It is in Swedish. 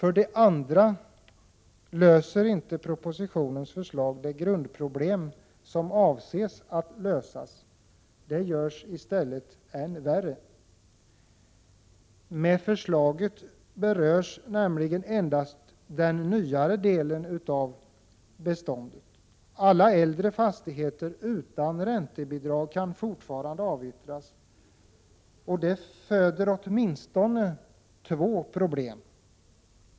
Vidare löser inte propositionens förslag det grundproblem som avses att lösas; det görs i stället än värre. Med förslaget berörs endast den nyare delen av beståndet. Alla äldre fastigheter utan räntebidrag kan fortfarande avyttras. Det föder åtminstone två problem.